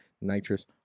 nitrous